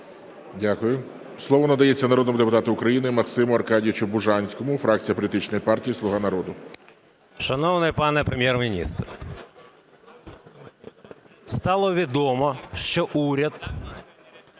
Дякую. Слово надається народному депутату України Максиму Аркадійовичу Бужанському, фракція політичної партії "Слуга народу". 11:07:49 БУЖАНСЬКИЙ М.А. Шановний пане Прем'єр-міністр, стало відомо, що уряд